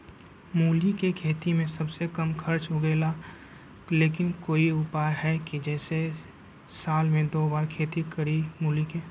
मूली के खेती में सबसे कम खर्च लगेला लेकिन कोई उपाय है कि जेसे साल में दो बार खेती करी मूली के?